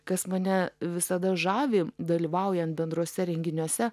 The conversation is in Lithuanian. kas mane visada žavi dalyvaujant bendruose renginiuose